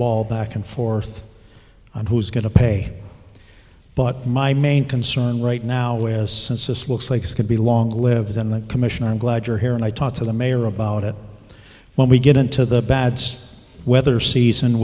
ball back and forth on who's going to pay but my main concern right now is since this looks like this could be long lives in the commission i'm glad you're here and i talked to the mayor about it when we get into the bats weather season